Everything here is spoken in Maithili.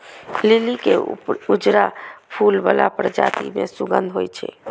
लिली के उजरा फूल बला प्रजाति मे सुगंध होइ छै